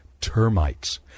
termites